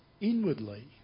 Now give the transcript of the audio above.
inwardly